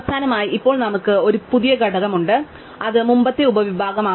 അവസാനമായി ഇപ്പോൾ നമുക്ക് ഒരു പുതിയ ഘടകം ഉണ്ട് അത് മുമ്പത്തെ ഉപവിഭാഗമാണ്